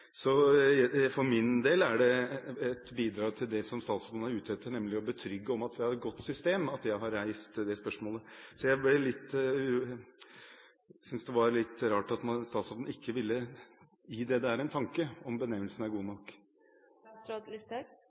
for mishandling. For min del er det som et bidrag til det som statsråden var ute etter – nemlig å forsikre om at vi har et godt system – at jeg har reist dette spørsmålet. Så jeg syntes det var litt rart at statsråden ikke ville gi det om hvorvidt benevnelsen er god nok, en tanke. Jeg er